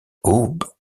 aube